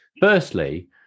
firstly